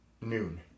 noon